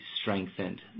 strengthened